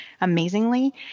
amazingly